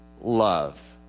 love